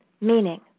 meaning